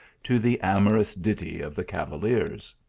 to the amorous ditty of the cavaliers.